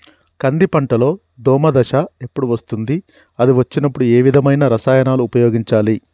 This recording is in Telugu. కంది పంటలో దోమ దశ ఎప్పుడు వస్తుంది అది వచ్చినప్పుడు ఏ విధమైన రసాయనాలు ఉపయోగించాలి?